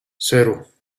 cero